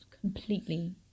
completely